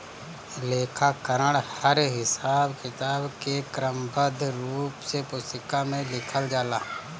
लेखाकरण हर हिसाब किताब के क्रमबद्ध रूप से पुस्तिका में लिखल जाला